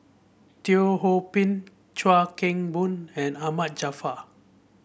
Teo Ho Pin Chuan Keng Boon and Ahmad Jaafar